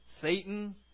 Satan